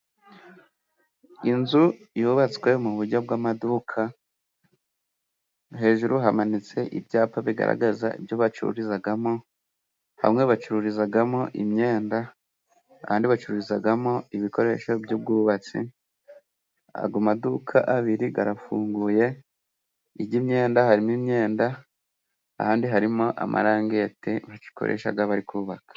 Inzu yubatswe muburyo bw'amaduka, hejuru hamanitse ibyapa bigaragaza ibyo bacururizamo; bamwe bacururizamo imyenda ahandi bacururizamo ibikoresho by'ubwubatsi, ayo amaduka abiri arafunguye, iryi imyenda harimo imyenda ahandi harimo amarangete bakoresha bari kubaka.